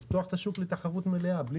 לפתוח את השוק לתחרות מלאה.